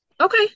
okay